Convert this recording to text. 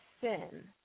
sin